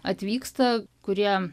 atvyksta kurie